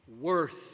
worth